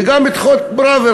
וגם את חוק פראוור,